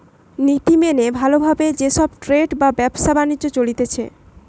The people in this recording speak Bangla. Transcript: নীতি মেনে ভালো ভাবে যে সব ট্রেড বা ব্যবসা বাণিজ্য চলতিছে